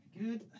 Good